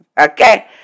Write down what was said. Okay